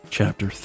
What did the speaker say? Chapter